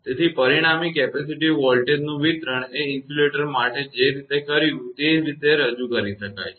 તેથી પરિણામી કેપેસિટીવ વોલ્ટેજનું વિતરણ એ ઇન્સ્યુલેટર માટે જે રીતે કર્યું છે તે જ રીતે રજૂ કરી શકાય છે